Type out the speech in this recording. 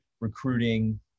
recruiting